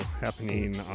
happening